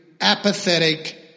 apathetic